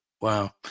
wow